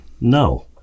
no